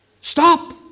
Stop